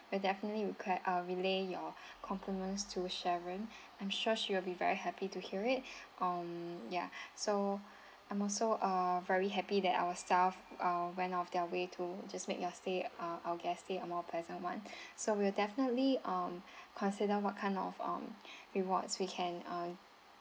we're definitely reque~ uh relay your compliments to sharon I'm sure she'll be very happy to hear it um ya so I'm also uh very happy that our staff uh went out of their way to just make your stay uh our guest stay a more pleasant one so we're definitely um consider what kind of um rewards we can uh